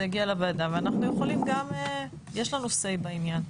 יגיע לוועדה ואנחנו יכולים גם ל יש לנו סיי בעניין.